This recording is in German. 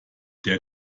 der